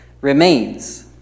remains